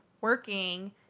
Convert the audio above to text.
working